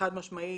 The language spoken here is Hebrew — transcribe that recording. חד משמעית".